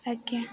ଆଜ୍ଞା